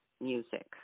music